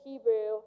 Hebrew